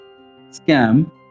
scam